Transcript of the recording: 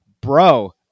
Bro